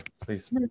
please